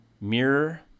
Mirror